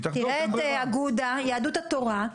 למשל אגודה ויהדות התורה.